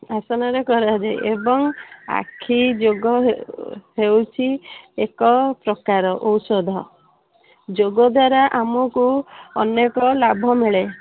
ଆସନରେ କରାଯାଏ ଏବଂ ଆଖି ଯୋଗ ହେଉ ହେଉଛି ଏକ ପ୍ରକାର ଔଷଧ ଯୋଗ ଦ୍ୱାରା ଆମକୁ ଅନେକ ଲାଭ ମିଳେ